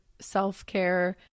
self-care